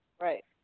Right